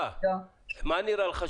מה נראה לך,